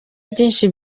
byinshi